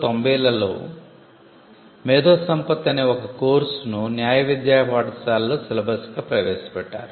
1990 లలో మేధో సంపత్తి అనే ఒక కోర్సును న్యాయ విద్యా పాఠశాలల్లో సిలబస్గా ప్రవేశపెట్టారు